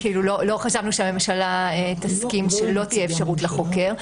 כי לא חשבנו שהממשלה תסכים שלא תהיה אפשרות לחוקר.